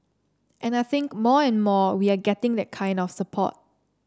and I think more and more we are getting that kind of support